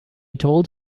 told